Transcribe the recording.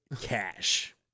cash